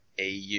AU